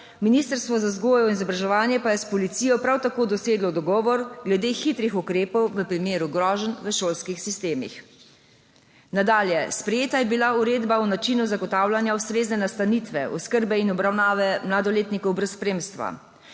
Ministrstvo za vzgojo in izobraževanje pa je s policijo prav tako doseglo dogovor glede hitrih ukrepov v primeru groženj v šolskih sistemih. Nadalje. Sprejeta je bila Uredba o načinu zagotavljanja ustrezne nastanitve oskrbe in obravnave mladoletnikov brez spremstva.